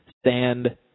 stand